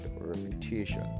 reputation